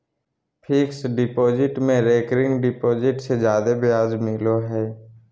fixed deposit में recurring deposit से जादे ब्याज मिलो हय